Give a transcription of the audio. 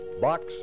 Box